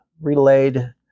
relayed